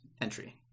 entry